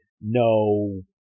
no